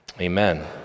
Amen